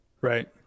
Right